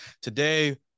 Today